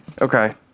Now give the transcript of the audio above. Okay